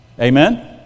Amen